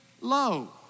low